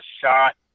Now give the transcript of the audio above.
shot